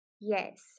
Yes